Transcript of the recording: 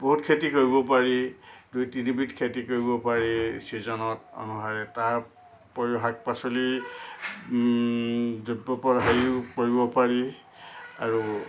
বহুত খেতি কৰিব পাৰি দুই তিনিবিধ খেতি কৰিব পাৰি চিজনত তাৰ উপৰিও শাক পাচলি যোনবোৰ ওপৰত হেৰিও কৰিব পাৰি আৰু